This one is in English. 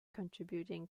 contributing